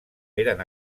eren